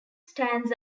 stands